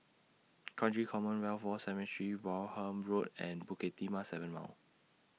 Kranji Commonwealth War Cemetery Wareham Road and Bukit Timah seven Mile